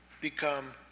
become